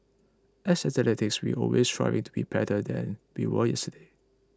as athletes we always striving to be better than we were yesterday